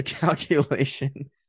calculations